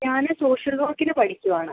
ഞാന് സോഷ്യൽ വർക്കിന് പഠിക്കുവാണ്